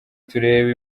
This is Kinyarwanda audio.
turebe